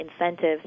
incentives